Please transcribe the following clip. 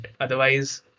Otherwise